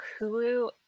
hulu